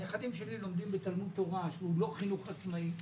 הנכדים שלי לומדים בתלמוד תורה שהוא לא חינוך עצמאי,